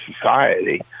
society